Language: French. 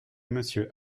monsieur